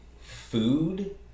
food